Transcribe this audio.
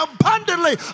abundantly